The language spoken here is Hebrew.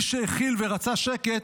מי שהכיל ורצה שקט,